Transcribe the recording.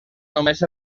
només